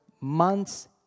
months